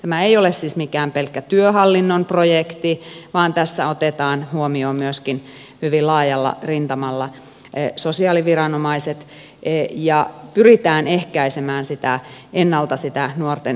tämä ei ole siis mikään pelkkä työhallinnon projekti vaan tässä otetaan huomioon myöskin hyvin laajalla rintamalla sosiaaliviranomaiset ja pyritään ehkäisemään ennalta sitä nuorten syrjäytymistä